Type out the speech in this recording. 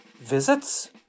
Visits